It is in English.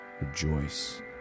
rejoice